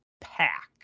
pack